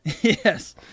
Yes